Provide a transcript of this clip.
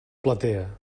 platea